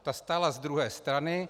Ta stála z druhé strany.